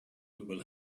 will